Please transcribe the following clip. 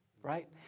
right